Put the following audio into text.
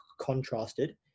contrasted